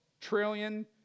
trillion